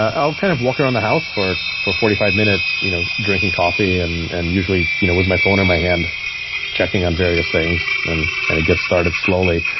i'll kind of walk around the house for for forty five minutes you know drinking coffee and and usually you know with my phone in my hand checking on various things, and and it gets started slowly.